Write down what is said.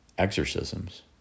Exorcisms